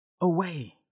away